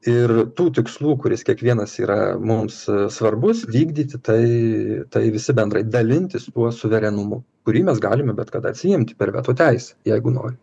ir tų tikslų kuris kiekvienas yra mums svarbus vykdyti tai tai visi bendrai dalintis tuo suverenumu kurį mes galime bet kada atsiimti per veto teisę jeigu nori